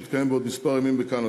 שיתקיים בעוד כמה ימים בקנדה.